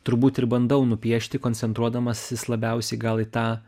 turbūt ir bandau nupiešti koncentruodamasis labiausiai gal į tą